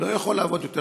לא יכול לעבוד יותר